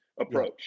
approach